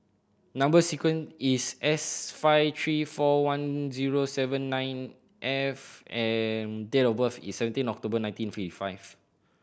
number sequence is S five three four one zero seven nine F and date of birth is seventeen October nineteen fifty five